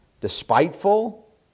despiteful